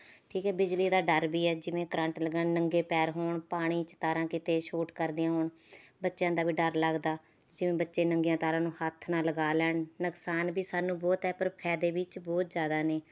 ਠੀਕ ਹੈ ਬਿਜਲੀ ਦਾ ਡਰ ਵੀ ਹੈ ਜਿਵੇਂ ਕਰੰਟ ਲੱਗਣਾ ਨੰਗੇ ਪੈਰ ਹੋਣ ਪਾਣੀ 'ਚ ਤਾਰਾਂ ਕਿਤੇ ਛੋਟ ਕਰਦੀਆਂ ਹੋਣ ਬੱਚਿਆਂ ਦਾ ਵੀ ਡਰ ਲੱਗਦਾ ਜਿਵੇਂ ਬੱਚੇ ਨੰਗੀਆਂ ਤਾਰਾਂ ਨੂੰ ਹੱਥ ਨਾ ਲਗਾ ਲੈਣ ਨੁਕਸਾਨ ਵੀ ਸਾਨੂੁੰ ਬਹੁਤ ਹੈ ਪਰ ਫਾਇਦੇ ਵੀ ਇਹ 'ਚ ਬਹੁਤ ਜ਼ਿਆਦਾ ਨੇ